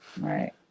right